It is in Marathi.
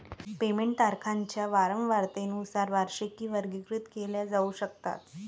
पेमेंट तारखांच्या वारंवारतेनुसार वार्षिकी वर्गीकृत केल्या जाऊ शकतात